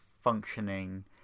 functioning